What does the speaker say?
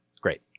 great